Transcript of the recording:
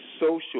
social